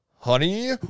Honey